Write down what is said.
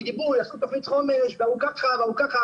כי דיברו, ועשו תכנית חומש, וארוכת טווח.